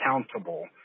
accountable